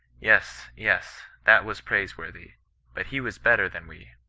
yes, yes, that was praiseworthy but he was better than we.